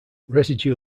residue